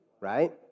right